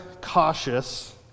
cautious